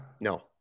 No